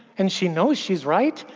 and she knows she's right,